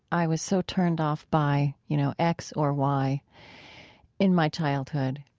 i was so turned off by, you know, x or y in my childhood,